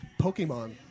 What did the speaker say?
Pokemon